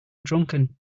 drunken